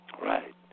Right